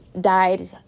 died